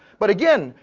but again,